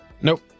Nope